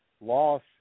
loss